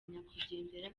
nyakwigendera